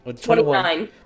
Twenty-nine